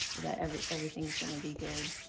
that every everything's going to be good.